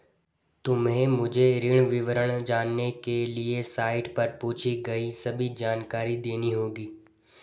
तुम्हें मेरे ऋण विवरण जानने के लिए साइट पर पूछी गई सभी जानकारी देनी होगी